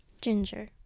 ginger